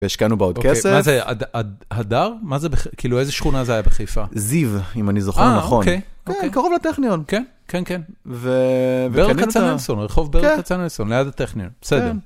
והשקענו בה עוד כסף. מה זה היה, הדר? מה זה, כאילו איזה שכונה זה היה בחיפה? זיו, אם אני זוכר נכון. כן, קרוב לטכניון. כן, כן, כן. ברל כצנלסון, רחוב ברל כצנלסון, ליד הטכניון. בסדר.